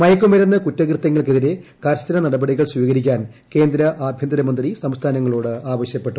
മയക്കുമരുന്ന് കൂറ്റ്കൃതൃങ്ങൾക്കെതിരെ കർശന നടപടികൾ സ്വീകരിക്കാൻ കേന്ദ്ര ആഭ്യന്തരമന്ത്രി സംസ്ഥാനങ്ങളോട് ആവശ്യപ്പെട്ടു